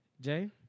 Jay